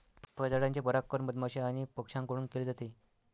फळझाडांचे परागण मधमाश्या आणि पक्ष्यांकडून केले जाते